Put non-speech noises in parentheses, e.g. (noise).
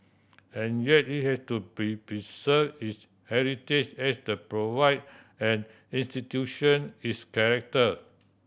and yet it has to (unintelligible) preserve its heritage as the provide an institution its character